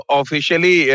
officially